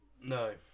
no